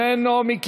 אינו נוכח,